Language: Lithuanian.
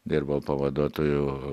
dirbau pavaduotoju